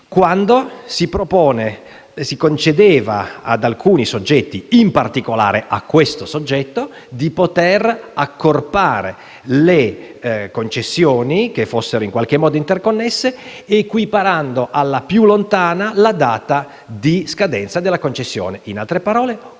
quando si concedeva ad alcuni soggetti, in particolare a questo soggetto, la facoltà di accorpare le concessioni in qualche modo interconnesse, equiparando alla più lontana la data di scadenza della concessione: in altre parole,